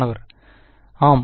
மாணவர் ஆம்